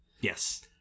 Yes